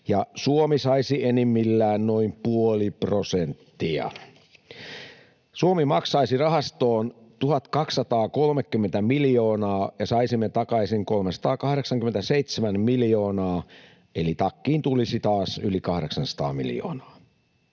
ja Suomi saisi enimmillään noin puoli prosenttia. Suomi maksaisi rahastoon 1 230 miljoonaa, ja saisimme takaisin 387 miljoonaa, eli takkiin tulisi taas yli 800 miljoonaa.